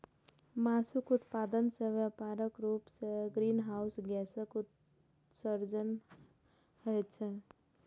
मासुक उत्पादन मे व्यापक रूप सं ग्रीनहाउस गैसक उत्सर्जन होइत छैक